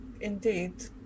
Indeed